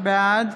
בעד